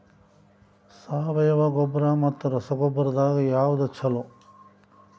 ಸಾವಯವ ಗೊಬ್ಬರ ಮತ್ತ ರಸಗೊಬ್ಬರದಾಗ ಯಾವದು ಛಲೋ?